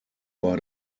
bei